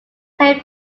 claim